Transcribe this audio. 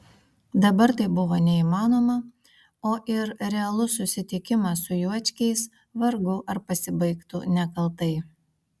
dabar tai buvo neįmanoma o ir realus susitikimas su juočkiais vargu ar pasibaigtų nekaltai